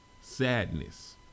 sadness